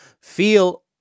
feel